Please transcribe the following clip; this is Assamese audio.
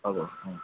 হ'ব